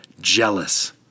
jealous